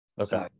Okay